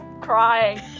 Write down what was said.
crying